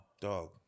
Dog